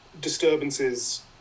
disturbances